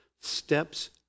steps